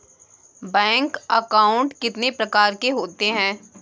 Bank account कितने प्रकार के होते हैं?